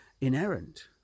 inerrant